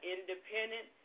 Independent